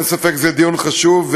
אין ספק שזה דיון חשוב,